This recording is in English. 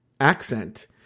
accent